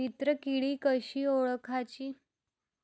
मित्र किडी कशी ओळखाची?